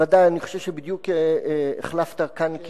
ודאי, אני חושב שבדיוק החלפת כאן כיסא.